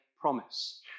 promise